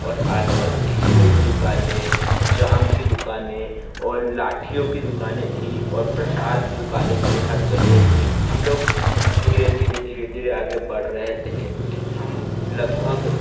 और आसपास खीरे कि दुकानें जाम कि दुकानें और लाठियों कि दुकानें थीं और प्रसाद की दुकानें थी हर जगह हम लोग धीरे धीरे धीरे धीरे आगे बढ़ रहे थे हम लगभग